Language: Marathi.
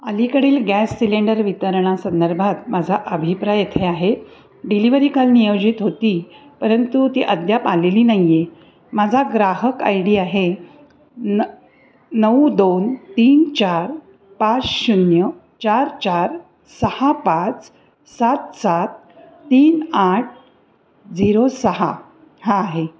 अलीकडील गॅस सिलेंडर वितरणासंदर्भात माझा अभिप्राय येथे आहे डिलिव्हरी काल नियोजित होती परंतु ती अद्याप आलेली नाही आहे ग्राहक आय डी आहे न नऊ दोन तीन चार पाच शून्य चार चार सहा पाच सात सात तीन आठ झिरो सहा हा आहे